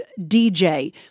DJ